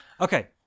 Okay